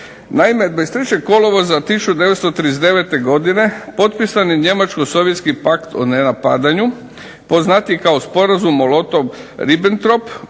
Naime, 23. kolovoza 1939. godine potpisan je Njemačko-sovjetski pakt o nenapadanju poznatiji kao Sporazum Molotov-Ribbentrop